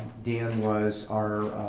dan was our